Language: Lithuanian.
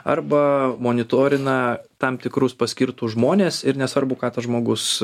arba monitorina tam tikrus paskirtus žmones ir nesvarbu ką tas žmogus